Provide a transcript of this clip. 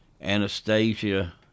Anastasia